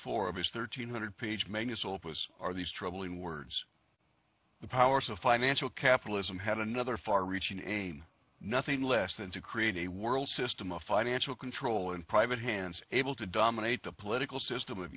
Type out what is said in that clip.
four of his thirteen hundred page magnus opus are these troubling words the powers of financial capitalism had another far reaching aim nothing less than to create a world system of financial control in private hands able to dominate the political system of